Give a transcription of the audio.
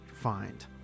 find